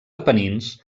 apenins